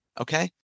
Okay